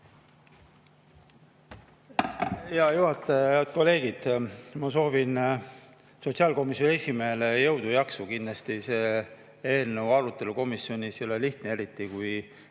Hea juhataja! Head kolleegid! Ma soovin sotsiaalkomisjoni esimehele jõudu ja jaksu, kindlasti see eelnõu arutelu komisjonis ei ole lihtne, eriti kui